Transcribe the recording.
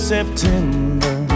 September